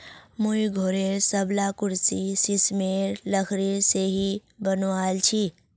मुई घरेर सबला कुर्सी सिशमेर लकड़ी से ही बनवाल छि